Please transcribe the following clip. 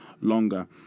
longer